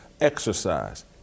exercise